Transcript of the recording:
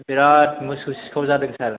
बिराद मोसौ सिखाव जादों सार